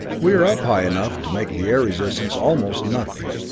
we are up high enough to make the air resistance almost nothing,